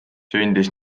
sündis